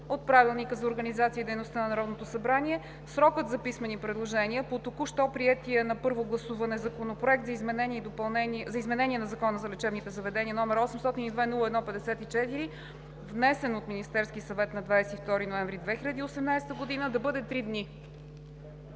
от Правилника за организацията и дейността на Народното събрание – срокът за писмени предложения по току-що приетия на първо гласуване Законопроект за изменение на Закона за лечебните заведения, № 802-01-54, внесен от Министерския съвет на 22 ноември 2018 г., да бъде три дни.